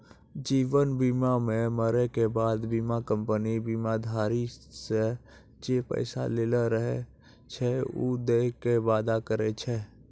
जीवन बीमा मे मरै के बाद बीमा कंपनी बीमाधारी से जे पैसा लेलो रहै छै उ दै के वादा करै छै